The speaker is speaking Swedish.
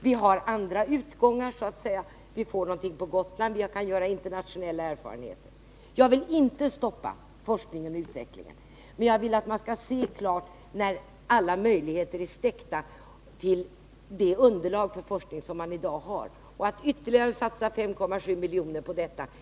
Vi har andra utvägar; vi får vindkraftverk på Gotland, vi kan tillgodogöra oss internationella erfarenheter. Jag vill inte stoppa forskningen och utvecklingen, men jag vill att man skall se klart när alla möjligheter som man i dag har att skapa underlag för forskning är stäckta. Jag vill inte att man skall satsa ytterligare 5,7 milj.kr. på detta projekt.